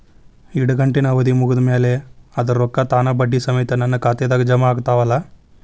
ಇಡಗಂಟಿನ್ ಅವಧಿ ಮುಗದ್ ಮ್ಯಾಲೆ ಅದರ ರೊಕ್ಕಾ ತಾನ ಬಡ್ಡಿ ಸಮೇತ ನನ್ನ ಖಾತೆದಾಗ್ ಜಮಾ ಆಗ್ತಾವ್ ಅಲಾ?